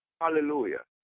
hallelujah